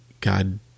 God